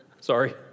sorry